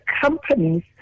companies